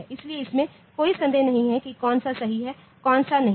इसलिए इसमें कोई संदेह नहीं है कि कौन सा सही है कौन सा नहीं है